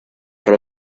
for